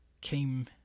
came